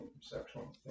sexual